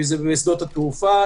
אם זה בשדות התעופה,